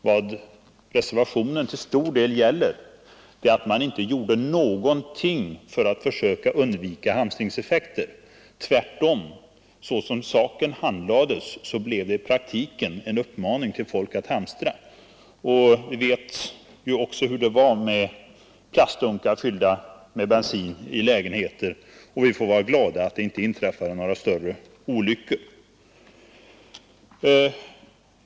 Vad reservationen till stor del gäller är att man inte gjorde någonting för att försöka undvika hamstringseffekter. Såsom saken handlades blev det tvärtom i praktiken en uppmaning till folk att hamstra. Vi vet ju också hur det var med plastdunkar, fyllda med bensin, i lägenheter, och vi får vara glada att det inte inträffade några större olyckor.